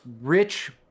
rich